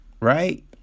Right